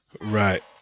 Right